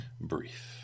brief